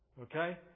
Okay